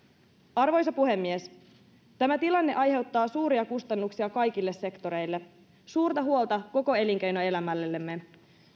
arvoisa puhemies tämä tilanne aiheuttaa suuria kustannuksia kaikille sektoreille suurta huolta koko elinkeinoelämällemme